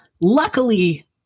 Luckily